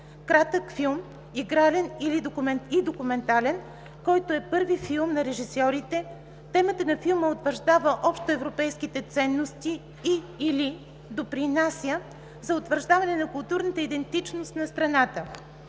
кратък филм, игрален и документален, който е първи филм на режисьорите; темата на филма утвърждава общоевропейските ценности и/или допринася за утвърждаване на културната идентичност на страната;